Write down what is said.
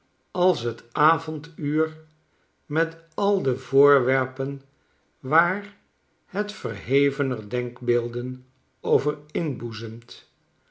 als het ayonduur met al de voorwerpen waar het verhevener denkbeelden